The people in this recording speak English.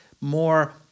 more